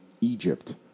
Egypt